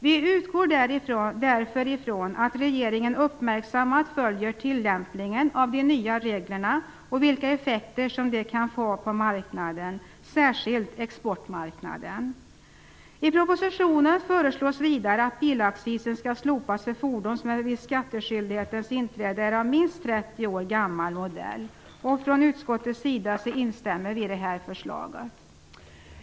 Vi utgår därför ifrån att regeringen uppmärksammat följer tillämpningen av de nya reglerna och vilka effekter som de kan ha på marknaden, särskilt på exportmarknaden. I propositionen föreslås vidare att bilaccisen skall slopas för fordon som vid skattskyldighetens inträde är av minst 30 år gammal modell. Utskottet instämmer i detta förslag.